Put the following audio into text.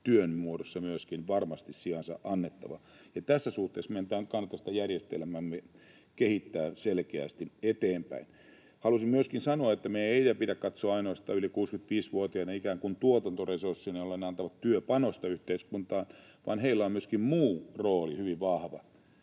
työn muodossa varmasti sijansa annettavana. Tässä suhteessa meidän kannattaisi tätä järjestelmäämme kehittää selkeästi eteenpäin. Halusin myöskin sanoa, että meidän ei pidä katsoa yli 65-vuotiaita ikään kuin ainoastaan tuotantoresurssina, jolloin he antavat työpanosta yhteiskuntaan, vaan heillä on myöskin muu rooli hyvin vahva.